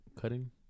cutting